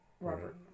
Robert